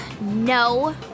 no